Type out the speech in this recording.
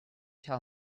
tell